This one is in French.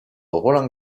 roland